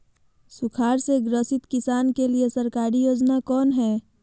सुखाड़ से ग्रसित किसान के लिए सरकारी योजना कौन हय?